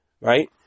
right